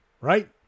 right